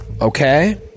Okay